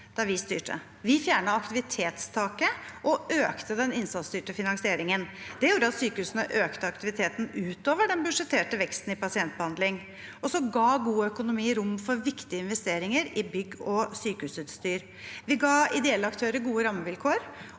da vi styrte. Vi fjernet aktivitetstaket og økte den innsatsstyrte finansieringen. Det gjorde at sykehusene økte aktiviteten utover den budsjetterte veksten i pasientbehandling. God økonomi ga også rom for viktige investeringer i bygg og sykehusutstyr. Vi ga ideelle aktører gode rammevilkår,